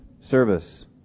service